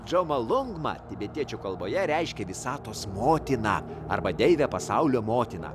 džomolungma tibetiečių kalboje reiškia visatos motiną arba deivę pasaulio motiną